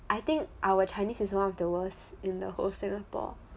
I think our chinese is one of the worst in the whole singapore